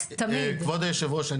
כבוד היושב ראש,